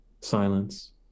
Silence